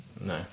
No